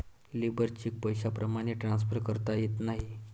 labour cheque पैशाप्रमाणे transfer करता येत नाही